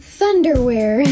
Thunderwear